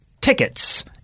tickets